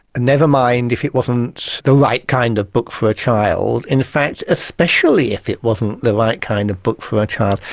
never mind if it wasn't the right kind of book for a child. and in fact, especially if it wasn't the right kind of book for a child.